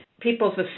people's